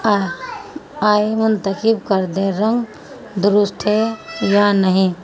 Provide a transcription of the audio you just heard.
آئے منتخب کر دے رنگ درست ہے یا نہیں